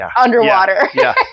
underwater